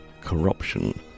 Corruption